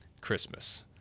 Christmas